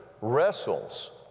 wrestles